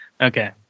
Okay